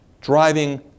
driving